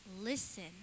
listen